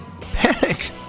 Panic